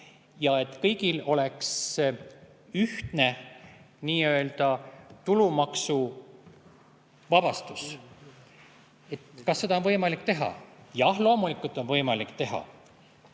ja et kõigil oleks ühtne tulumaksuvabastus. Kas seda on võimalik teha? Jah, loomulikult on võimalik teha.